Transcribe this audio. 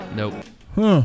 nope